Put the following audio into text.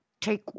take